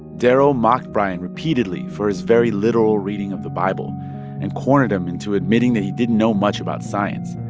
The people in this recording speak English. darrow mocked bryan repeatedly for his very literal reading of the bible and cornered him into admitting that he didn't know much about science.